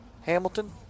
Hamilton